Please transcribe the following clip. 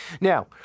Now